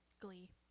Glee